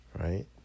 right